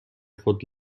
خود